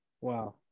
Wow